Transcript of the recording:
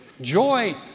Joy